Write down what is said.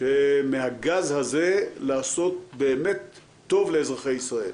שמהגז הזה לעשות באמת טוב לאזרחי ישראל.